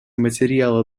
материала